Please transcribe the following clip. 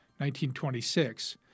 1926